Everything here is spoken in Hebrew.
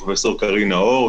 פרופ' קארין נאור,